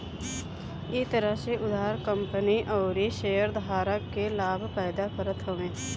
इ तरह के उधार कंपनी अउरी शेयरधारक के लाभ पैदा करत हवे